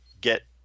get